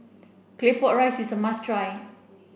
claypot rice is a must try